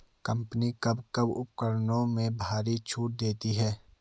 Company कब कब उपकरणों में भारी छूट देती हैं?